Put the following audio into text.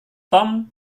tom